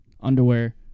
underwear